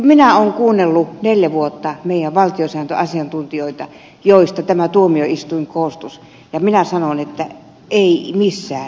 minä olen kuunnellut neljä vuotta meidän valtiosääntöasiantuntijoitamme joista tämä tuomioistuin koostuisi ja minä sanon että ei missään nimessä